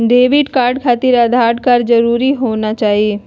Debit card खातिर Aadhaar card जरूरी होना चाहिए?